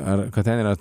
ar kad ten yra